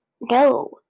no